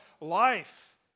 life